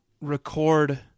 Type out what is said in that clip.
record